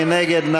מי נגד?